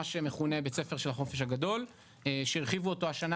מה שמכונה בית הספר של החופש הגדול שהרחיבו אותו השנה,